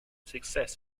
success